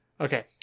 Okay